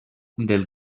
del